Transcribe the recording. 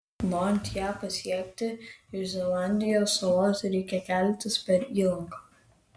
norint ją pasiekti iš zelandijos salos reikia keltis per įlanką